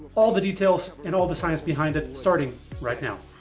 all the details and all the science behind it starting right now.